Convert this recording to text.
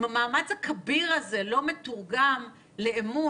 אם המאמץ הכביר הזה לא מתורגם לאמון,